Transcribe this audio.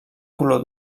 color